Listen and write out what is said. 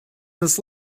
this